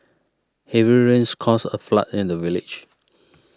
heavy rains caused a flood in the village